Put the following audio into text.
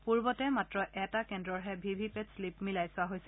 পূৰ্বতে মাত্ৰ এটা কেন্দ্ৰৰহে ভি ভি পেট প্লিপ মিলাই চোৱা হৈছিল